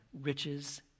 riches